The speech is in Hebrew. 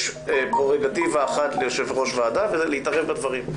ליושב ראש הוועדה יש פרורוגטיבה אחת והיא להתערב בדברים.